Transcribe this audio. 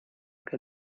que